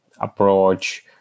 approach